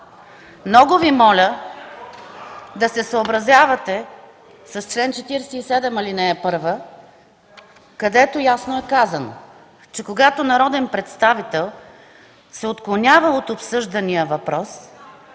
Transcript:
Много Ви моля да се съобразявате с чл. 47, ал. 1, където ясно е казано, че когато народен представител се отклонява от обсъждания въпрос,